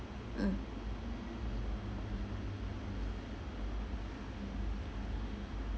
mm